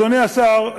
אדוני השר,